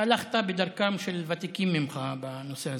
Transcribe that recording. אתה הלכת בדרכם של ותיקים ממך בנושא הזה.